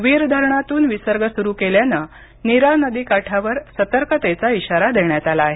वीर धरणातून विसर्ग सुरु केल्यानं नीरा नदीकाठावर सतर्कतेचा इशारा देण्यात आला आहे